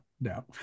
no